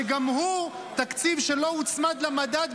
שגם הוא תקציב שלא הוצמד למדד,